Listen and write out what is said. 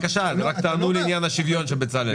תענו לעניין השוויון שבצלאל שאל.